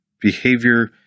behavior